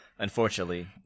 Unfortunately